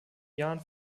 jahren